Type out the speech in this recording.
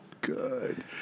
good